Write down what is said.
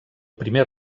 primer